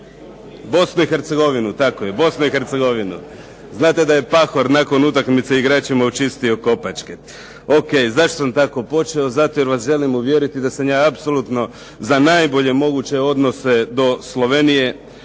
Bosnu i Hercegovinu, tako je. Znate da je Pahor nakon utakmice igračima očistio kopačke. Ok, zašto sam tako počeo? Zato jer vas želim uvjeriti da sam ja apsolutno za najbolje moguće odnose do Slovenije.